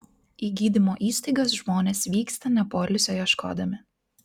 į gydymo įstaigas žmonės vyksta ne poilsio ieškodami